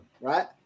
right